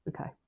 Okay